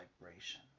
vibration